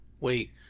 Wait